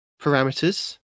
parameters